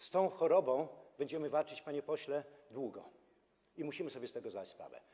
Z tą chorobą będziemy walczyć, panie pośle, długo i musimy sobie z tego zdawać sprawę.